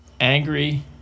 angry